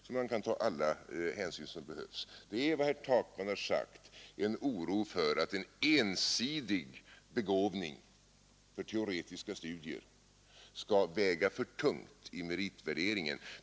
Man skall kunna ta alla hänsyn som behövs. Det råder, som herr Takman har sagt, en oro för att en ensidig begåvning för teoretiska studier skall väga för tungt i meritvärderingen.